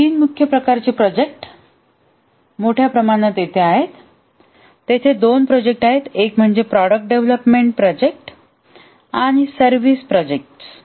तीन मुख्य प्रकारचे प्रोजेक्ट मोठ्या प्रमाणात येथे आहेत तेथे दोन प्रोजेक्ट आहेत एक म्हणजे प्रॉडक्ट डेव्हलपमेंट प्रोजेक्ट आणि सर्विस प्रोजेक्ट